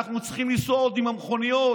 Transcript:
אנחנו צריכים לנסוע עוד עם המכוניות,